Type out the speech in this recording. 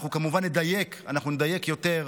אנחנו כמובן נדייק יותר,